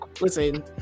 listen